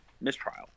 Mistrial